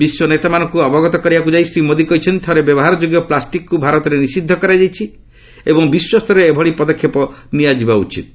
ବିଶ୍ୱ ନେତାମାନଙ୍କୁ ଅବଗତ କରାଇବାକୁ ଯାଇ ଶ୍ରୀ ମୋଦୀ କହିଛନ୍ତି ଥରେ ବ୍ୟବହାର ଯୋଗ୍ୟ ପ୍ଲାଷ୍ଟିକ୍କୁ ଭାରତରେ ନିଶିଦ୍ଧ କରାଯାଇଛି ଏବଂ ବିଶ୍ୱ ସ୍ତରରେ ଏଭଳି ପଦକ୍ଷେପ ନିଆଯିବା ଉଚିତ୍